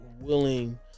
willing